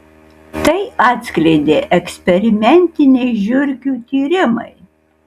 tai atskleidė eksperimentiniai žiurkių tyrimai